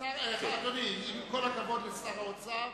אדוני, עם כל הכבוד לשר האוצר